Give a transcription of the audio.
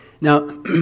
Now